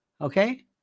Okay